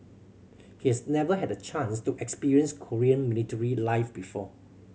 he has never had the chance to experience Korean military life before